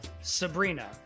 Sabrina